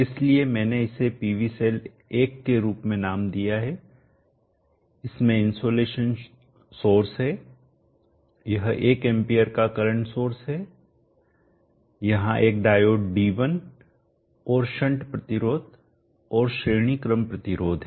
इसलिए मैंने इसे PV सेल एक के रूप में नाम दिया है इसमें इनसोलेशन सोर्स है यह 1 एंपियर का करंट सोर्स है यहां एक डायोड D1 और शंट प्रतिरोध और श्रेणी क्रम प्रतिरोध है